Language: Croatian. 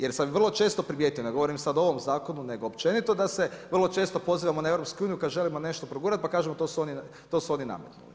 Jer sam vrlo često primijetio, ne govorim sad o ovom zakonu, nego općenito da se vrlo često pozivamo na EU kad želimo nešto progurati, pa kažemo to su oni nametnuli.